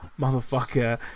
motherfucker